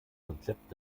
konzept